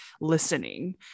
listening